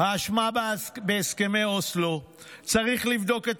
ההאשמה בהסכמי אוסלו: "צריך לבדוק את